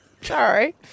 Sorry